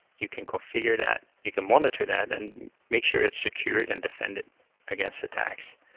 you can configure that. you can monitor that and make sure it's secured and defended against attacks.